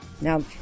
Now